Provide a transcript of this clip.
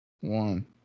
One